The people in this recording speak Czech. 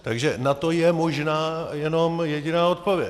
Takže na to je možná jenom jediná odpověď.